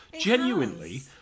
genuinely